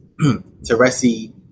Teresi